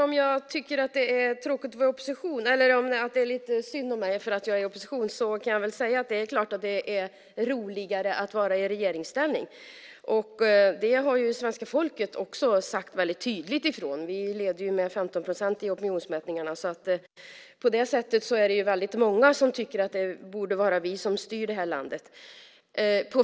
Herr talman! På frågan om det är lite synd om mig för att jag är i opposition kan jag väl säga att det är klart att det är roligare att vara i regeringsställning. Där har svenska folket också sagt ifrån väldigt tydligt. Vi leder ju med 15 procent i opinionsmätningarna. Det är väldigt många som tycker att det borde vara vi som styr det här landet.